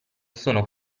sono